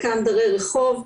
חלקם דרי רחוב,